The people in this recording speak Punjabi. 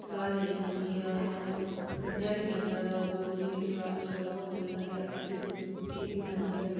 ਸਲਾਹ ਲਈ ਜਾਂਦੀ ਆ ਉਹਨਾਂ ਨੂੰ ਦੱਸਿਆ ਵੀ ਜਾਂਦਾ ਵਾ ਜੋ ਵੀ ਸਲਾਹ ਮਸ਼ਵਰਾ ਹੋਵੇ ਉਹਨਾਂ ਦੀ ਆਪਸ ਵਿੱਚ ਕੀਤੀ ਜਾਂਦੀ ਹੈ